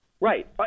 Right